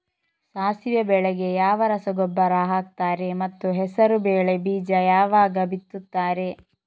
ಸಾಸಿವೆ ಬೆಳೆಗೆ ಯಾವ ರಸಗೊಬ್ಬರ ಹಾಕ್ತಾರೆ ಮತ್ತು ಹೆಸರುಬೇಳೆ ಬೀಜ ಯಾವಾಗ ಬಿತ್ತುತ್ತಾರೆ?